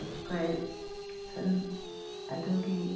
ꯁꯞꯁꯀ꯭ꯔꯥꯞꯁꯟ ꯑꯗꯨꯒꯤ